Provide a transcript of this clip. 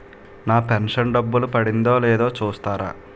నా pension డబ్బులు పడిందో లేదో చూస్తారా?